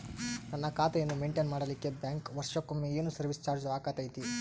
ನನ್ನ ಖಾತೆಯನ್ನು ಮೆಂಟೇನ್ ಮಾಡಿಲಿಕ್ಕೆ ಬ್ಯಾಂಕ್ ವರ್ಷಕೊಮ್ಮೆ ಏನು ಸರ್ವೇಸ್ ಚಾರ್ಜು ಹಾಕತೈತಿ?